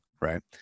Right